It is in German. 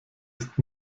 ist